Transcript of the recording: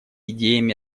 идеями